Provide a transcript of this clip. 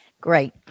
Great